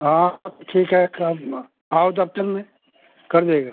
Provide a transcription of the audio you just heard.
हाँ ठीक है कर दूँगा आओ दफ़्तर में कर देगा